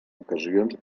ocasions